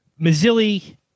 Mazzilli